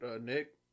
Nick